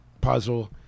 puzzle